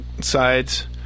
sides